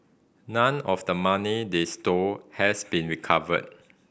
none of the money they stole has been recovered